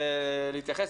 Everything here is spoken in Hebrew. להתייחס?